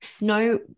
No